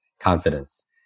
confidence